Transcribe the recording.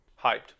Hyped